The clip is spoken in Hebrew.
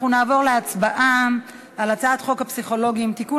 אנחנו נעבור להצבעה על הצעת חוק הפסיכולוגים (תיקון,